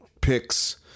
picks